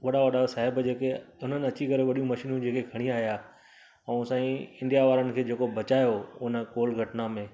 वॾा वॾा साहिब जेके उन्हनि अची करे वॾियूं मशीनूं जेके खणी आया ऐं असांजी इंडिया वारनि खे जेको बचायो हुन कोल घटना में